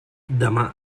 demà